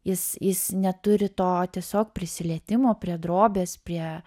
jis jis neturi to tiesiog prisilietimo prie drobės prie